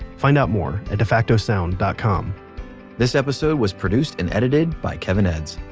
find out more at defacto sound dot com this episode was produced and edited by kevin edds,